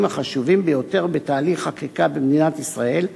החשובים ביותר בתהליך החקיקה במדינת ישראל,